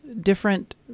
different